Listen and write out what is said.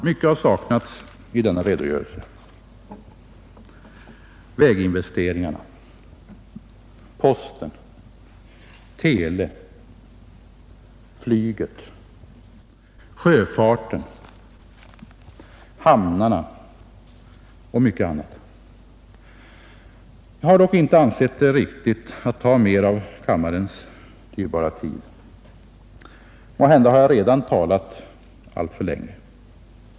Mycket har saknats i denna redogörelse: väginvesteringarna, posten, tele, flyget, sjöfarten, hamnarna och mycket annat. Jag har dock inte ansett det riktigt att ta upp mer av kammarens dyrbara tid. Måhända har jag redan talat alltför länge.